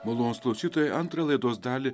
malonūs klausytojai antrą laidos dalį